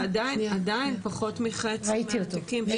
זה עדיין פחות מחצי מהתיקים.